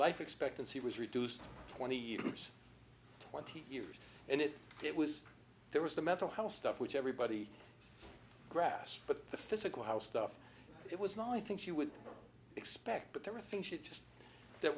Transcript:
life expectancy was reduced twenty to twenty years and it it was there was the mental health stuff which everybody grass but the physical house stuff it was not i think she would expect but there are things she just that